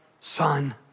son